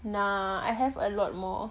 nah I have a lot more